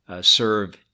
serve